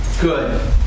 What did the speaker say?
good